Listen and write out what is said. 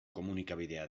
komunikabidea